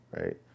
right